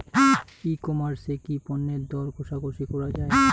ই commerce এ কি পণ্যের দর কশাকশি করা য়ায়?